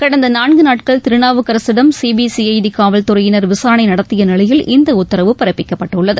கடந்த நான்கு நாட்கள் திருநாவுக்கரசிடம் சிபிசிஐடி காவல் துறையினர் விசாரணை நடத்திய நிலையில் இந்த உத்தரவு பிறப்பிக்கப்பட்டுள்ளது